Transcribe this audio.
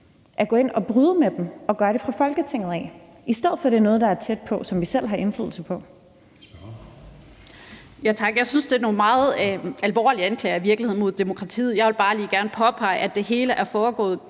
at gå ind og bryde med dem og at gøre det fra Folketingets side af, i stedet for at det er noget, der er tæt på, og som vi selv har indflydelse på.